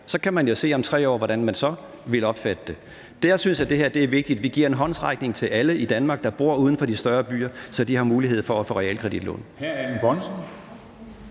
Så kan man jo se om 3 år, hvordan man så vil opfatte det. Det, jeg synes er vigtigt ved det her, er, at vi giver en håndsrækning til alle i Danmark, der bor uden for de større byer, så de har mulighed for at få realkreditlån.